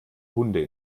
hunde